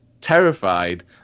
terrified